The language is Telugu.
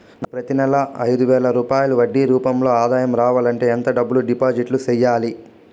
నాకు ప్రతి నెల ఐదు వేల రూపాయలు వడ్డీ రూపం లో ఆదాయం రావాలంటే ఎంత డబ్బులు డిపాజిట్లు సెయ్యాలి?